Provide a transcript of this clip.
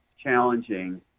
challenging